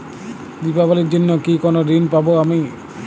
দীপাবলির জন্য কি কোনো ঋণ পাবো আমি?